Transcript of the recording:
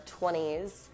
20s